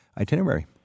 itinerary